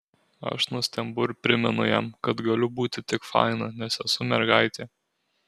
aš nustembu ir primenu jam kad galiu būti tik faina nes esu mergaitė